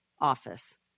office